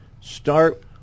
Start